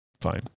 fine